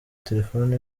telefoni